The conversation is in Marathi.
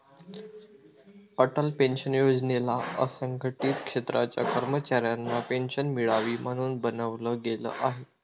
अटल पेन्शन योजनेला असंघटित क्षेत्राच्या कर्मचाऱ्यांना पेन्शन मिळावी, म्हणून बनवलं गेलं आहे